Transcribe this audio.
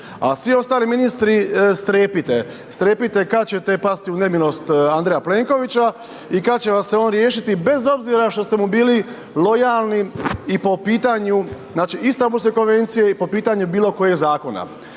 svi ostali ministre strepite kad ćete pasti u nemilost Andreja Plenkovića i kad će vas se on riješiti bez obzira što ste mu bili lojalni i po pitanju znači Istambulske konvencije i po pitanju bilo kojega zakona.